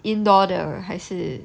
indoor 的还是